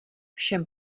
všem